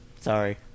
sorry